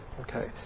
Okay